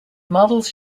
models